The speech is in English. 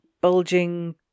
bulging